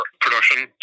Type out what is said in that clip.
production